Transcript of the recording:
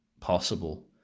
possible